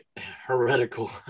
heretical